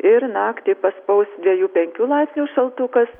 ir naktį paspaus dvejų penkių laipsnių šaltukas